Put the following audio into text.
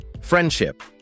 Friendship